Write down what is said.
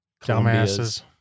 dumbasses